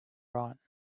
right